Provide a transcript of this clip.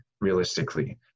realistically